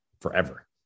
forever